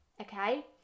Okay